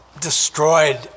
destroyed